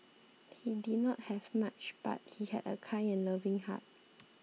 he did not have much but he had a kind and loving heart